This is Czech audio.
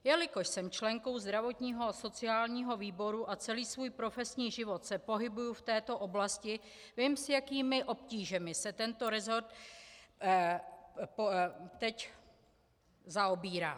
Jelikož jsem členkou zdravotního a sociálního výboru a celý svůj profesní život se pohybuji v této oblasti, vím, s jakými obtížemi se tento resort teď zaobírá.